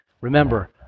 Remember